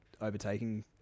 overtaking